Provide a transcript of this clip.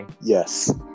Yes